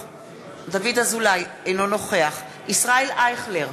אינו נוכח ישראל אייכלר,